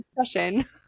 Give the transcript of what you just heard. discussion